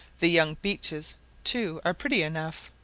the young beeches too are pretty enough,